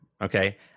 Okay